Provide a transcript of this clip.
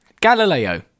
Galileo